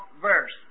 verse